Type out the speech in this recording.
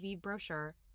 brochure